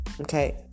Okay